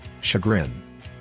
Chagrin